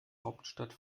hauptstadt